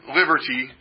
liberty